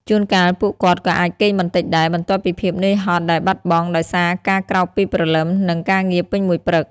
ជួនកាល ពួកគាត់ក៏អាចគេងបន្តិចដែរ បន្ទាប់ពីភាពនឿយហត់ដែលបាត់បង់ដោយសារការក្រោកពីព្រលឹម និងការងារពេញមួយព្រឹក។